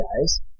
guys